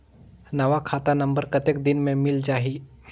नवा खाता नंबर कतेक दिन मे मिल जाही?